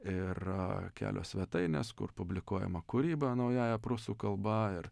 yra kelios svetainės kur publikuojama kūryba naująja prūsų kalba ir